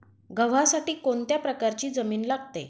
गव्हासाठी कोणत्या प्रकारची जमीन लागते?